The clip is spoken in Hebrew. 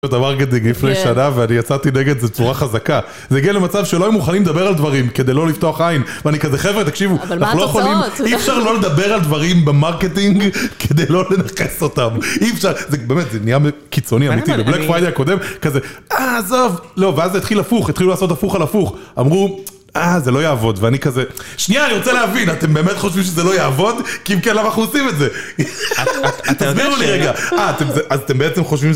מרקדינג לפני שנה ואני יצאתי נגד זה בצורה חזקה. זה הגיע למצב שלא היו מוכנים לדבר על דברים כדי לא לפתוח עין. ואני כזה חברה' תקשיבו אי אפשר לא לדבר על דברים במרקדינג כדי לא לנאחס אותם, אי אפשר. זה נהיה קיצוני. אמיתי בבלייק פריידי הקודם כזה אה עזוב, לא, ואז התחיל הפוך, התחילו לעשות הפוך על הפוך אמרו אה זה לא יעבוד ואני כזה שנייה אני רוצה להבין אתם באמת חושבים שזה לא יעבוד כי אם כן למה אנחנו עושים את זה, תסבירו לי רגע, אה אז אתם בעצם חושבים